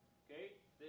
okay